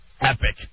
Epic